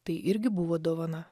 tai irgi buvo dovana